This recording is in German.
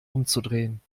umzudrehen